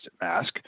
mask